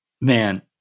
man